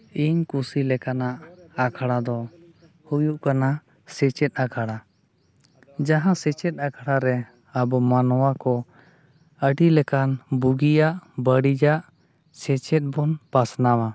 ᱤᱧ ᱠᱩᱥᱤ ᱞᱮᱠᱟᱱᱟᱜ ᱟᱠᱷᱲᱟ ᱫᱚ ᱦᱩᱭᱩᱜ ᱠᱟᱱᱟ ᱥᱮᱪᱮᱫ ᱟᱠᱷᱲᱟ ᱡᱟᱦᱟᱸ ᱥᱮᱪᱮᱫ ᱟᱠᱷᱲᱟᱨᱮ ᱟᱵᱚ ᱢᱟᱱᱣᱟ ᱠᱚ ᱟᱹᱰᱤᱞᱮᱠᱟᱱ ᱵᱩᱜᱤᱭᱟᱜ ᱵᱟᱲᱤᱡᱟᱜ ᱥᱮᱪᱮᱫ ᱵᱚᱱ ᱯᱟᱥᱱᱟᱣᱟ